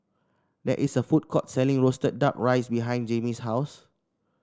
there is a food court selling roasted duck rice behind Jaimie's house